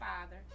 father